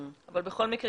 אבל בכל מקרה,